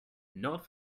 not